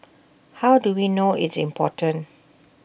how do we know it's important